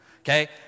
Okay